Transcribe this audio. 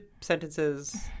sentences